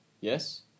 Yes